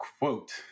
quote